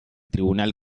tribunal